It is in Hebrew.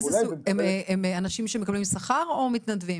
הם אנשים שמקבלים שכר או מתנדבים?